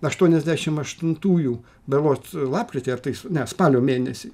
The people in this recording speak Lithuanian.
aštuoniasdešim aštuntųjų berods lapkritį ar tais ne spalio mėnesį